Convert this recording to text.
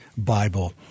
Bible